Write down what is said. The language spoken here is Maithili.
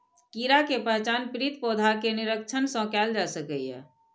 कीड़ा के पहचान पीड़ित पौधा के निरीक्षण सं कैल जा सकैए